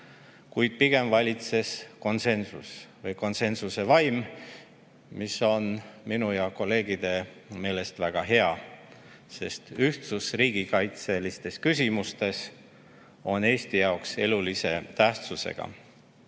kuid pigem valitses konsensus või konsensuse vaim, mis on minu ja kolleegide meelest väga hea, sest ühtsus riigikaitselistes küsimustes on Eesti jaoks elulise tähtsusega.